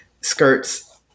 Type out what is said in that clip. skirts